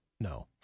No